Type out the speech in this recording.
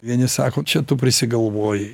vieni sako čia tu prisigalvoji